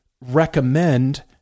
recommend